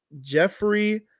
Jeffrey